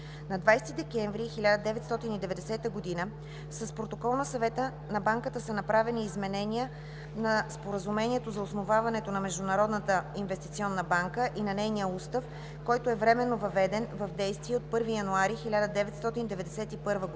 На 20 декември 1990 г. с Протокол на съвета на банката са направени изменения на Споразумението за основаването на Международната инвестиционна банка и на нейния устав, който е временно въведен в действие от 1 януари 1991 г.